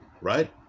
right